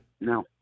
No